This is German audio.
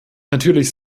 natürlich